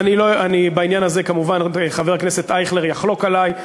בעניין הזה כמובן חבר הכנסת אייכלר יחלוק עלי,